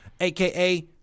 aka